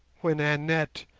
when annette,